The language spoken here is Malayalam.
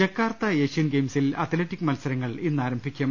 ജക്കാർത്ത ഏഷ്യൻ ഗെയിംസിൽ അത്ലറ്റിക് മത്സരങ്ങൾ ഇന്നാരം ഭിക്കും